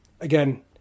again